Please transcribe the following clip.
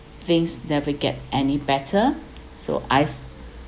things never get any better so I